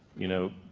you know,